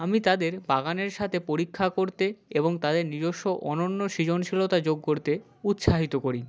আমি তাদের বাগানের সাথে পরীক্ষা করতে এবং তাদের নিজস্ব অনন্য সৃজনশীলতা যোগ করতে উৎসাহিত করি